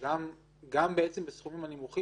מצד שני, יש כן סיכוני הלבנת הון.